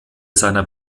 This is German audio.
seiner